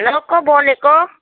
hello को बोलेको